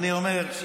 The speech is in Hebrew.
אני אומר,